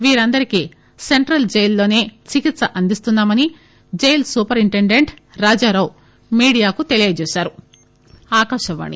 వీరందరికీ సెంట్రల్ జైలులోనే చికిత్స అందిస్తున్నా మని జైలు సూపరింటెండెంట్ రాజారావు మీడియాకు తెలియజేశారు